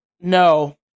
no